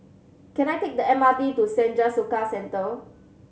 can I take the M R T to Senja Soka Centre